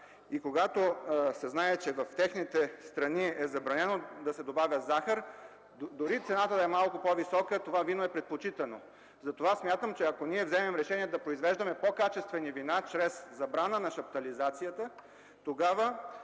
Когато се знае, че в техните страни е забранено да се добавя захар, дори цената да е малко по-висока, това вино е предпочитано. Затова смятам, че ако ние вземем решение да произвеждаме по-качествени вина чрез забрана на шаптализацията, ще